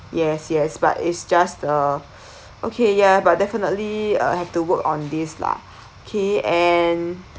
yes yes but it's just the okay ya but definitely uh have to work on this lah okay and